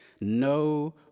No